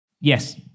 Yes